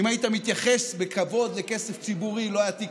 אם היית מתייחס בכבוד לכסף ציבורי לא היה תיק